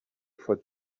for